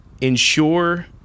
ensure